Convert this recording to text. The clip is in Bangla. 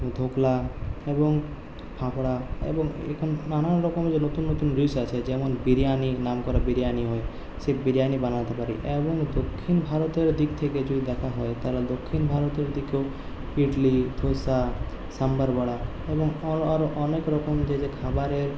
ধোকলা এবং ফাফড়া এবং এরকম নানান রকমের যে নতুন নতুন ডিশ আছে যেমন বিরিয়ানি নামকরা বিরিয়ানি হয় সেই বিরিয়ানি বানাতে পারি এবং দক্ষিণ ভারতের দিক থেকে যদি দেখা হয় তাহলে দক্ষিণ ভারতের দিকেও ইডলি ধোসা সাম্বার বড়া এবং আরও আরও অনেক রকমের যে যে খাবারের